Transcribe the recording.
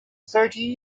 thirty